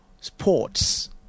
sports